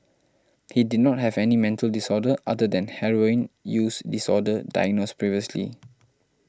he did not have any mental disorder other than heroin use disorder diagnosed previously